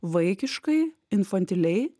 vaikiškai infantiliai